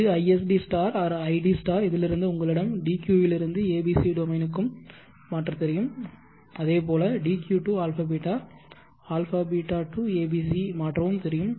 இது isd or id இதிலிருந்து உங்களிடம் DQ இலிருந்து abc டொமைனுக்கும் மாற்ற தெரியும் அதேபோல DQ to αβ αβ to abc மாற்றவும் தெரியும்